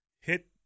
hit